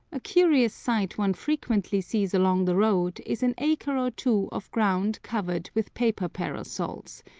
a curious sight one frequently sees along the road is an acre or two of ground covered with paper parasols,